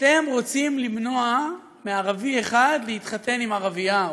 אתם רוצים למנוע מערבי אחד להתחתן עם ערבייה,